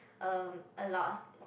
um a lot